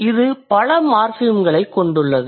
இது பல மார்ஃபிம்களைக் கொண்டுள்ளது